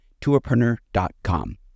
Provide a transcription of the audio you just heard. tourpreneur.com